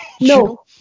no